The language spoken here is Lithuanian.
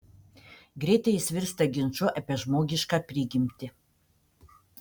greitai jis virsta ginču apie žmogišką prigimtį